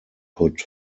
put